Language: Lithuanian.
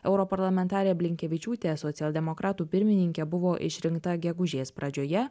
europarlamentarė blinkevičiūtė socialdemokratų pirmininke buvo išrinkta gegužės pradžioje